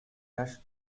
rushed